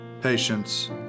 patience